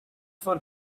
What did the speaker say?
for